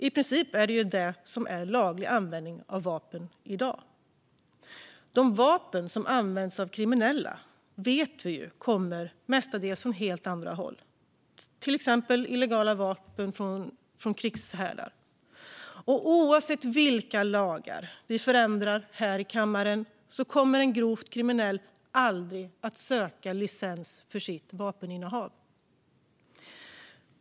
I princip är det den lagliga användningen av vapen. De illegala vapen som används av kriminella kommer mestadels från andra håll, till exempel från krigshärdar. Oavsett vilka lagar vi förändrar här i kammaren kommer en grovt kriminell aldrig att söka licens för sitt vapeninnehav.